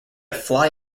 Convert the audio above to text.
fly